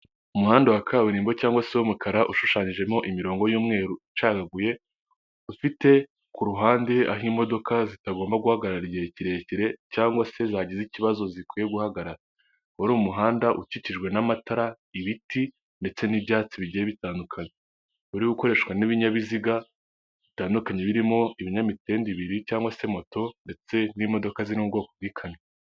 Umuhanda wa kaburimbo cg se w'umukara ushushanyijemo imirongo y'umweru ucagaguye ufite ku ruhande aho imodoka zitagomba guhagara igihe kirekire cg se zagize ikibazo zikwiye guhagarara wari umuhanda ukikijwe n'amatara ibiti ndetse n'ibyatsi bigiye bitandukanye, uri gukoreshwa n'ibinyabiziga, bitandukanye birimo ibinyamitende bibiri cg se moto ndetse n'imodoka ziri mu bwoko bikane.